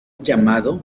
llamado